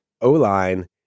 o-line